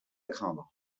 craindre